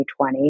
2020